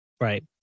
Right